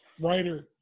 writer